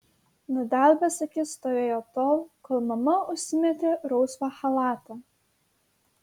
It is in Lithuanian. nudelbęs akis stovėjo tol kol mama užsimetė rausvą chalatą